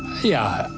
yeah,